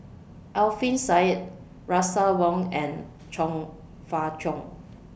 Alfian Sa'at Russel Wong and Chong Fah Cheong